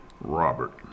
Robert